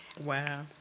Wow